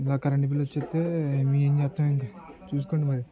ఇలా current bill వస్తే మేము ఏమి చేస్తాం ఇంకా చూసుకోండి మరి